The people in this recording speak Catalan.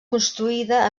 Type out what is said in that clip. construïda